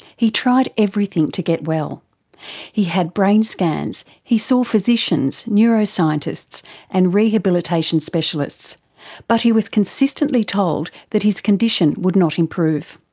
he tried everything to get well he had brain scans, he saw so physicians, neuroscientists and rehabilitation specialists but he was consistently told that his condition would not improve.